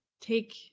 take